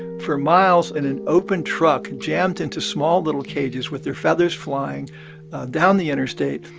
for miles, in an open truck, jammed into small little cages with their feathers flying down the interstate,